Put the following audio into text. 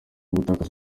gutakaza